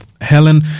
Helen